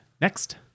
Next